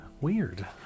Weird